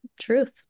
truth